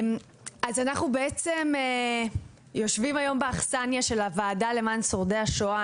אז אנחנו בעצם יושבים היום באכסנייה של הוועדה למען שורדי השואה,